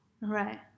Right